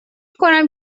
کنم